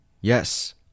yes